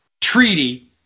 treaty